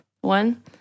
one